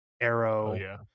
Arrow